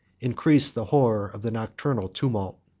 increased the horror of the nocturnal tumult.